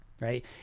Right